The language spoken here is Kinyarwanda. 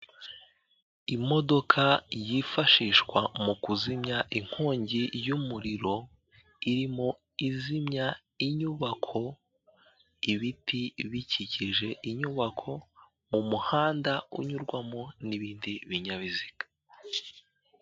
Imodoka yifashishwa mu kuzimya inkongi y'umuriro irimo izimya inyubako ibiti bikikije inyubako mu muhanda unyurwamo n'ibindi binyabiziga.